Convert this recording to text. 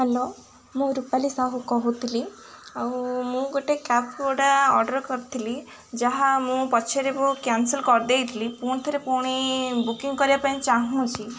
hello ମୁଁ ରୁପାଲି ସାହୁ କହୁଥିଲି ଆଉ ମୁଁ ଗୋଟେ କ୍ୟାବ୍ ଗୁଡ଼ା ଅର୍ଡ଼ର୍ କରିଥିଲି ଯାହା ମୁଁ ପଛରେ ବହୁତ କ୍ୟାନସେଲ୍ କରିଦେଇଥିଲି ପୁଣିଥରେ ପୁଣି ବୁକିଂ କରିବା ପାଇଁ ଚାହୁଁଛି